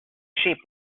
sheep